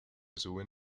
suben